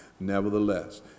nevertheless